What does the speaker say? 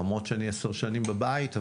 למרות שאני עשר שנים בכנסת,